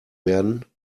werden